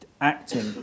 acting